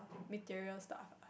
stuff ah